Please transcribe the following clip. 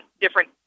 different